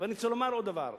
אני רוצה לומר עוד דבר,